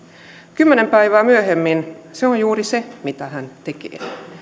kymmenen päivää myöhemmin se on juuri se mitä hän tekee